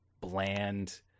bland